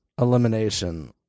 elimination